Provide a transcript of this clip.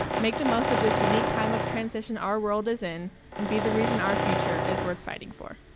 make the most of this unique time of transition our world is in and be the reason our future is worth fighting for.